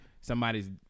Somebody's